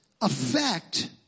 affect